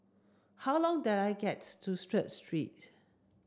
how long the I gets to Strength Street